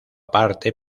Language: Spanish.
parte